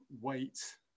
weight